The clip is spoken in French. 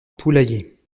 poulailler